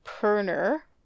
Perner